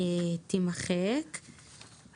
תימחק,